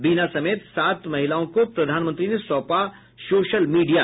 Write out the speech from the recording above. बीना समेत सात महिलाओं को प्रधानमंत्री ने सौंपा सोशल मीडिया